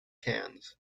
cans